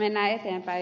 mennään eteenpäin